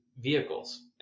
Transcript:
vehicles